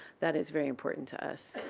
that is very important to us.